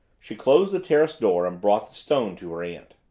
she closed the terrace door and brought the stone to her aunt.